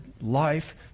life